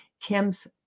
Kim's